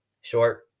Short